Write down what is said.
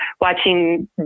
watching